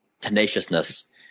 tenaciousness